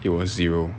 it was zero